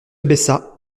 baissa